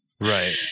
Right